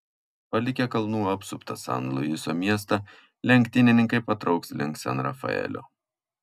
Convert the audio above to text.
palikę kalnų apsuptą san luiso miestą lenktynininkai patrauks link san rafaelio